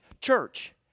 church